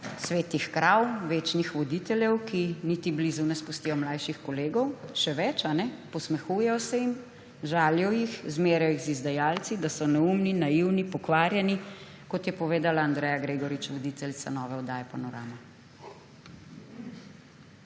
svetih krav, večnih voditeljev, ki niti blizu ne spustijo mlajših kolegov. Še več, posmehujejo se jim, žalijo jih, zmerjajo jih z izdajalci, da so neumni, naivni, pokvarjeni, kot je povedala Andreja Gregorič voditeljica nove oddaje Panorama.